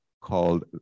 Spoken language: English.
called